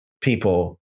people